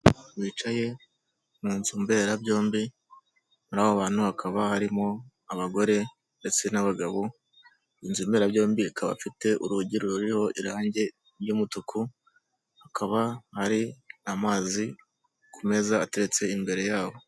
Abantu bicaye mu nzu mberabyombi muri abo bantu hakaba harimo abagore ndetse n'abagabo inzu mberabyombi ikaba afite urugi ruriho irangi ry'umutuku hakaba ari amazi ku meza ateretse imbere yabo.